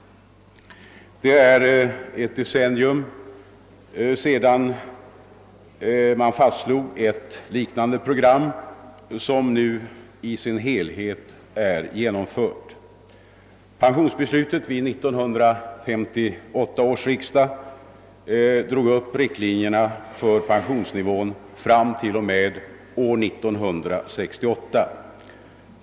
Det är ett decennium sedan man fastslog ett liknande program, som nu i sin helhet är genomfört. Pensionsbeslutet vid 1958 års riksdag drog upp riktlinjerna för pensionsnivån fram till och med år 1968.